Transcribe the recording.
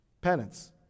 Penance